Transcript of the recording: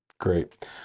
Great